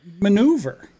maneuver